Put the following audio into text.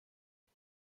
چند